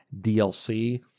DLC